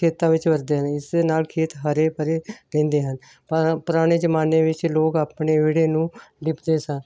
ਖੇਤਾਂ ਵਿੱਚ ਵਰਤਦੇ ਹਨ ਇਸ ਦੇ ਨਾਲ ਖੇਤ ਹਰੇ ਭਰੇ ਰਹਿੰਦੇ ਹਨ ਪੁਰਾਣੇ ਪੁਰਾਣੇ ਜ਼ਮਾਨੇ ਵਿੱਚ ਲੋਕ ਆਪਣੇ ਵਿਹੜੇ ਨੂੰ ਲਿੱਪਦੇ ਸਨ